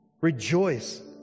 rejoice